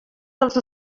dels